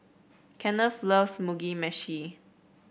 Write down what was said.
Kenneth loves Mugi Meshi